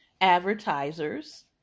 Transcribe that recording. advertisers